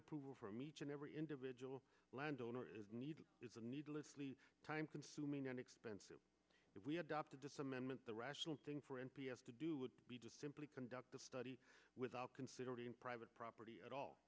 approval from each and every individual land owner is a needlessly time consuming and expensive if we adopted the rational thing for m p s to do would be to simply conduct the study without considering private property at all